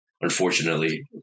unfortunately